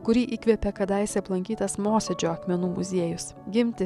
kurį įkvėpė kadaise aplankytas mosėdžio akmenų muziejus gimti